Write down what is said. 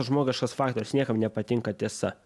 žmogiškas faktorius niekam nepatinka tiesa